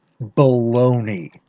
baloney